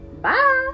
Bye